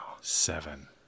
Seven